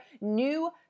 new